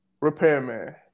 Repairman